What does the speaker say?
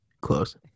Close